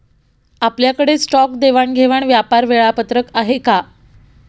आपल्याकडे स्टॉक देवाणघेवाण व्यापार वेळापत्रक आहे का?